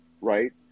right